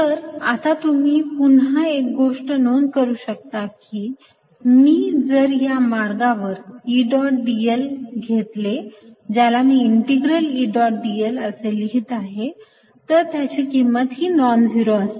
तर आता तुम्ही पुन्हा एक गोष्ट नोंद करू शकता की मी जर या पूर्ण मार्गावर E डॉट dl घेतले ज्याला मी इंटीग्रल E डॉट dl असे लिहीत आहे तर त्याची किंमत ही नॉन झिरो असते